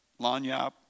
lanyap